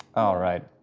alright.